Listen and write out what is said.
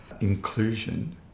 inclusion